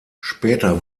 später